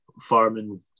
farming